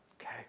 okay